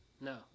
No